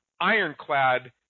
ironclad